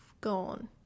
gone